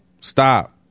Stop